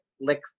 lick